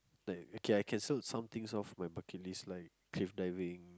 okay I can show you something of my bucket list like cave diving